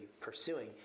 pursuing